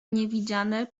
niewidziane